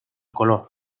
color